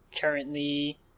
currently